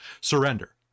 surrender